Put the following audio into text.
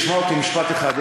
תשמע אותי משפט אחד,